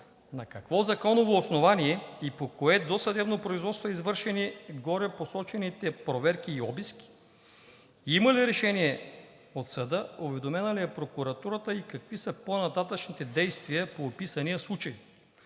на какво законово основание и по кое досъдебно производство са извършени горепосочените проверки и обиск? Има ли решение от съда, уведомена ли е прокуратурата и какви са по-нататъшните действия по описания случай?